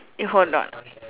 you hold on